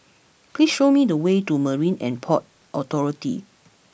please show me the way to Marine And Port Authority